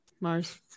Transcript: Mars